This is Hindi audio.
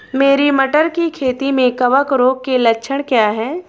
मेरी मटर की खेती में कवक रोग के लक्षण क्या हैं?